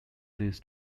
this